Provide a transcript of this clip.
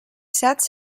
sets